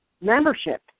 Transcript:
membership